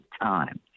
time